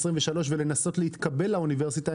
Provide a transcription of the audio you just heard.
23 ולהתקבל לאוניברסיטה,